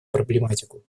проблематику